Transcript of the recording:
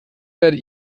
werde